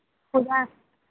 पूजा